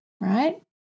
right